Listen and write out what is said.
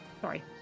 Sorry